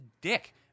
dick